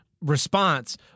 response